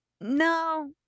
no